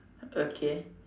okay